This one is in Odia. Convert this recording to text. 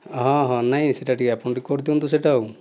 ହଁ ହଁ ନାହିଁ ଆପଣ ଟିକେ କରିଦିଆନ୍ତୁ ସେହିଟା ଆଉ